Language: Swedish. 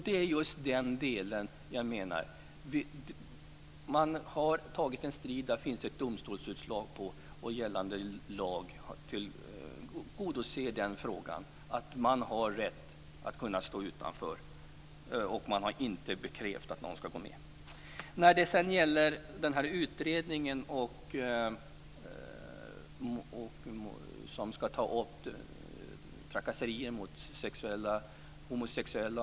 Det har varit en strid, det finns ett domstolsutslag, och gällande lag tillgodoser frågan att ha rätt att stå utanför. Det har inte ställts något krav på att gå med. Sedan var det frågan om den utredning som ska ta upp trakasserier mot homosexuella.